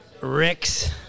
Rick's